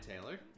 Taylor